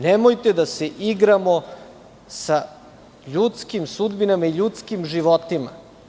Nemojte da se igramo sa ljudskim sudbinama i ljudskim životima.